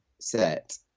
set